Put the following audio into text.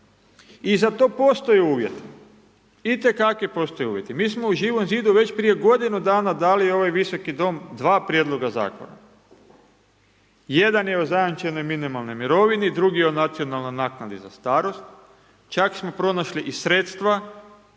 I za to postoje uvjeti itekakvi postoje uvjeti. Mi smo u Živom zidu već prije godinu dana u ovaj Visoki dom 2 prijedloga zakona. Jedan je o zajamčenoj minimalnoj mirovini, drugi o nacionalni naknadi za starost, čak smo pronašli i sredstva,